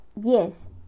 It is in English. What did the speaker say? Yes